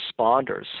responders